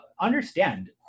Understand